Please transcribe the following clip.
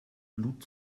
blut